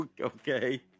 Okay